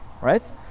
right